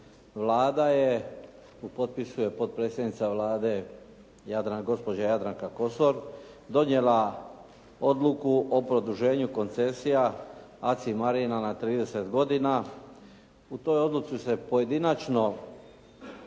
Vlada je, u potpisu je potpredsjednica Vlade, gospođa Jadranka Kosor, donijela odluku o produženju koncesija aci marina na 30 godina. U toj odluci se pojedinačno